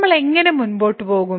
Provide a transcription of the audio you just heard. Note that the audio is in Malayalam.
നമ്മൾ എങ്ങനെ മുന്നോട്ട് പോകും